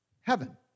heaven